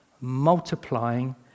multiplying